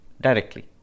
directly